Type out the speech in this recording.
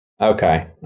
Okay